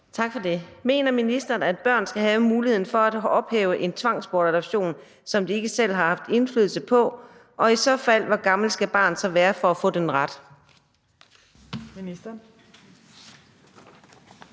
Tak for det. Mener ministeren, at børn skal have mulighed for at ophæve en tvangsbortadoption, som de ikke selv har haft indflydelse på, og hvor gammelt skal barnet i så fald være for at få den ret?